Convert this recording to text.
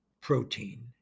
protein